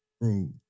Bro